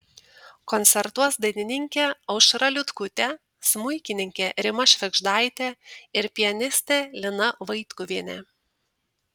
koncertuos dainininkė aušra liutkutė smuikininkė rima švėgždaitė ir pianistė lina vaitkuvienė